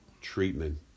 treatment